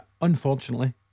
Unfortunately